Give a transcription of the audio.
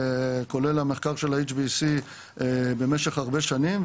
כולל המחקר של ה-HSBC במשך הרבה מאוד שנים,